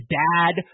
dad